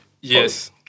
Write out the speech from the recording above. Yes